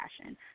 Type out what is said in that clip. passion